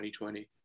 2020